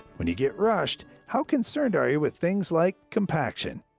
when you get rushed, how concerned are you with things like compaction?